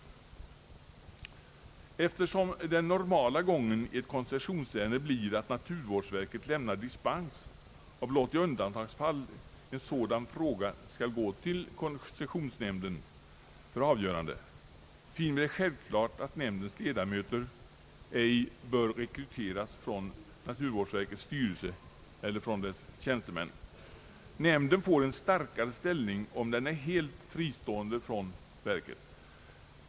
Eftersom den normala gången i ett koncessionsärende blir att naturvårdsverket lämnar dispens och blott i un dantagsfall en sådan fråga skall gå till koncessionsnämnden för avgörande finner vi det självklart att nämndens ledamöter ej bör rekryteras från naturvårdsverkets styrelse eller dess tjänstemän. Nämnden får en starkare ställning om den är helt fristående från verket.